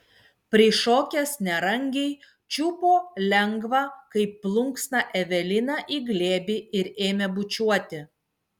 prišokęs nerangiai čiupo lengvą kaip plunksną eveliną į glėbį ir ėmė bučiuoti